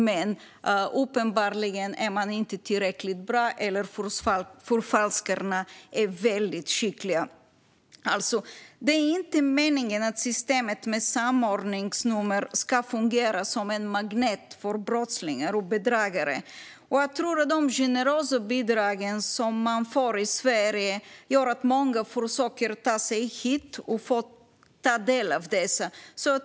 Men uppenbarligen är man inte tillräckligt bra, eller så är förfalskarna väldigt skickliga. Det är inte meningen att systemet med samordningsnummer ska fungera som en magnet för brottslingar och bedragare. Jag tror att de generösa bidrag som människor får i Sverige gör att många försöker ta sig hit för få ta del av dessa.